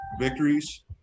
victories